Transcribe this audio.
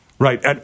Right